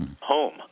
home